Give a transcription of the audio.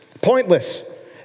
Pointless